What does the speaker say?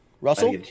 Russell